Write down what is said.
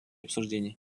обсуждений